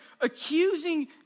accusing